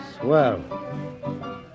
Swell